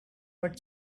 but